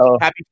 happy